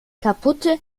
kaputte